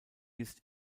ist